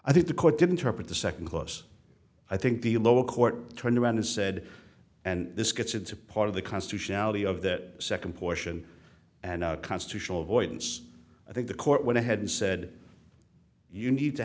i think the court did interpret the second clause i think the lower court turned around and said and this gets in support of the constitutionality of that second portion and constitutional avoidance i think the court went ahead and said you need to